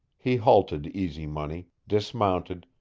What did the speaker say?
he halted easy money, dismounted,